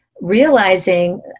realizing